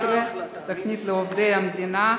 11) (תוכנית לעובדי המדינה),